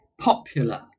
popular